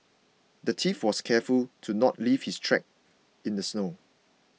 the thief was careful to not leave his track in the snow